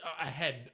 ahead